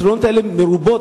התלונות האלה מרובות.